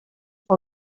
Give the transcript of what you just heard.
pel